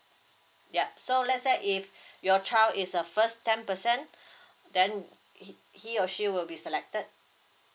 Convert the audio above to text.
yup so let's say if your child is a first ten percent then he or she will be selected